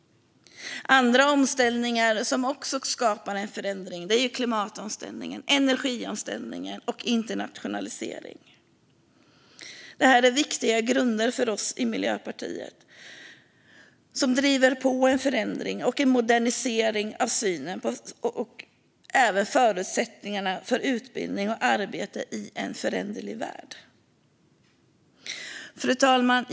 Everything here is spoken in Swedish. Andra omställningar som också skapar en förändring är klimatomställningen, energiomställningen och internationaliseringen. Det här är för oss i Miljöpartiet viktiga grunder som driver på en förändring och en modernisering av synen och även förutsättningarna för utbildning och arbete i en föränderlig värld. Fru talman!